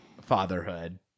fatherhood